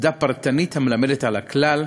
עובדה פרטנית המלמדת על הכלל,